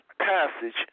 passage